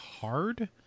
hard